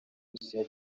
burusiya